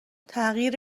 تغییر